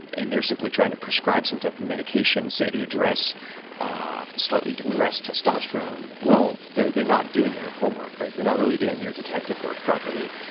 and they're simply trying to prescribe some type of medication, say, to address ah slightly depressed testosterone, well, they're they're not doing their homework. they're not really doing their detective work properly.